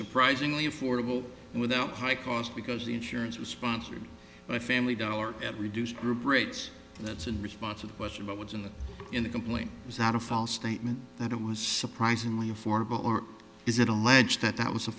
surprisingly affordable without high cost because the insurance was sponsored by family dollar at reduced group rates and that's in response to the question what was in the in the complaint was not a false statement that it was surprisingly affordable or is it alleged that that was a